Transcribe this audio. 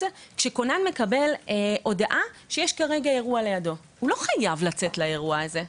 כשכונן מקבל הודעה שיש כרגע אירוע לידו הוא לא חייב לצאת לאירוע הזה.